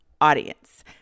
audience